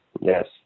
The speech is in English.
Yes